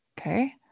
Okay